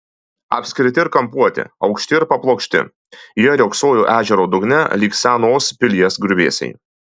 apskriti ir kampuoti aukšti ir paplokšti jie riogsojo ežero dugne lyg senos pilies griuvėsiai